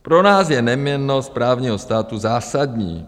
Pro nás je neměnnost právního státu zásadní.